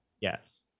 Yes